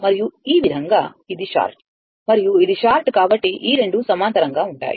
మరియు ఈ విధంగా ఇది షార్ట్ మరియు ఇది షార్ట్ కాబట్టి ఈ రెండు సమాంతరంగా ఉంటాయి